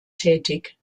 tätig